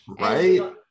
Right